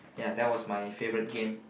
ya that was my favourite game